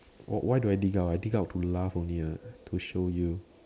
what what do I dig out I dig out to laugh only what to show you